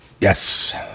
Yes